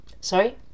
Sorry